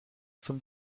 zum